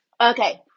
okay